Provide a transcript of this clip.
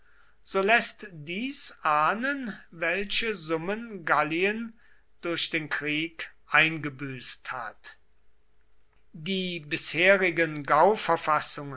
so läßt dies ahnen welche summen gallien durch den krieg eingebüßt hat die bisherigen